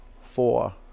four